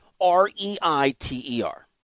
R-E-I-T-E-R